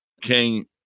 King